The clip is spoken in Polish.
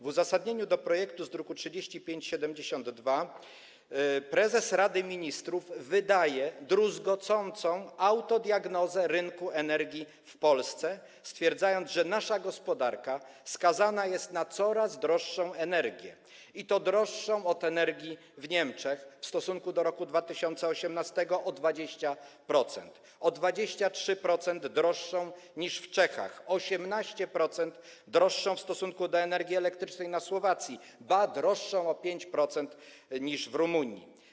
W uzasadnieniu projektu z druku nr 3572 prezes Rady Ministrów wydaje druzgocącą autodiagnozę rynku energii w Polsce, stwierdzając, że nasza gospodarka skazana jest na coraz droższą energię, i to droższą od energii w Niemczech w stosunku do roku 2018 o 20%, o 23% droższą niż w Czechach, o 18% droższą w stosunku do energii elektrycznej na Słowacji, ba, droższą o 5% niż w Rumunii.